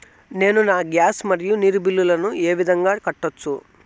నేను నా గ్యాస్, మరియు నీరు బిల్లులను ఏ విధంగా కట్టొచ్చు?